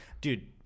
Dude